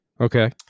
Okay